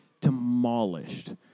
demolished